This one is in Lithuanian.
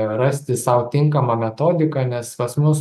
rasti sau tinkamą metodiką nes pas mus